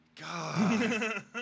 God